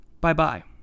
bye-bye